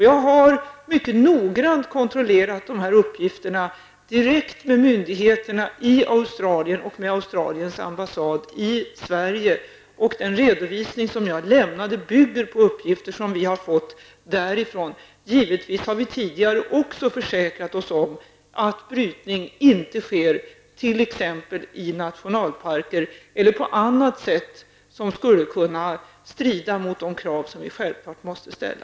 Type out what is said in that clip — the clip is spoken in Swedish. Jag har mycket noggrant kontrollerat dessa uppgifter som kommer direkt från myndigheterna i Australien och den australiska ambassaden i Sverige, och den redovisning jag lämnade bygger på uppgifter jag har fått därifrån. Givetvis har vi också tidigare försäkrat oss om att brytning inte sker t.ex. i nationalparker eller på annat sätt som skulle kunna strida mot de krav som vi självfallet måste ställa.